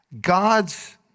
God's